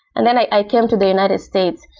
and then i came to the united states.